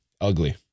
Ugly